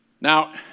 Now